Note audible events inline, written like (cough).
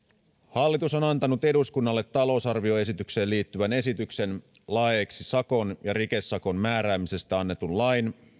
hallitus on on antanut eduskunnalle talousarvioesitykseen liittyvän esityksen laeiksi sakon ja rikesakon määräämisestä annetun lain (unintelligible)